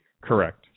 Correct